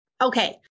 Okay